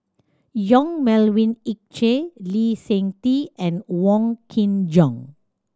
Yong Melvin Yik Chye Lee Seng Tee and Wong Kin Jong